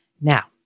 Now